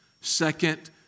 second